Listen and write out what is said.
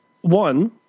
One